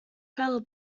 fail